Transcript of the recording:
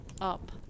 up